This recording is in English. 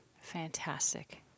Fantastic